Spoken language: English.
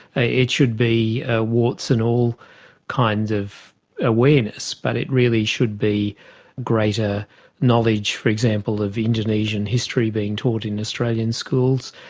it should be a warts-and-all kind of awareness, but it really should be greater knowledge, for example, of indonesian history being taught in australian schools,